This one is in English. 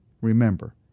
remember